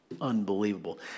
Unbelievable